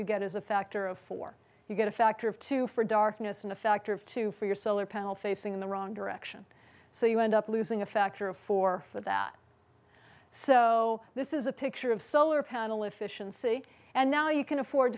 you get is a factor of four you get a factor of two for darkness and a factor of two for your solar panel facing the wrong direction so you end up losing a factor of four for that so this is a picture of solar panel efficiency and now you can afford